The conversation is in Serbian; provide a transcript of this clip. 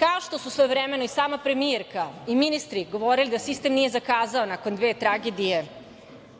Kao što su svojevremeno i sama premijerka i ministri govorili da sistem nije zakazao nakon dve tragedije